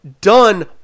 done